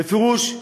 בפירוש.